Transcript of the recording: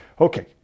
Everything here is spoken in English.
okay